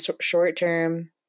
short-term